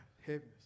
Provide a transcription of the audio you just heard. heaviness